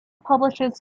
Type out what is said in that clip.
publishes